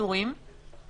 שהעליתם כשאלה,